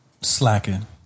slacking